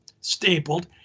stapled